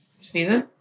Sneezing